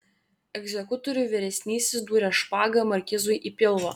egzekutorių vyresnysis dūrė špaga markizui į pilvą